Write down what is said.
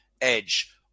edge